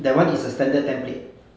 that one is a standard template